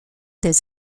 des